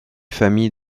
famille